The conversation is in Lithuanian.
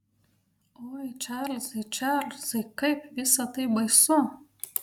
oi čarlzai čarlzai kaip visa tai baisu